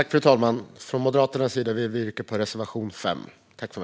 Fru talman! Från Moderaternas sida vill vi yrka bifall till reservation 5.